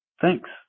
Thanks